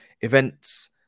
events